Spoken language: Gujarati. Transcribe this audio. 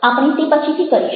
આપણે તે પછીથી કરીશું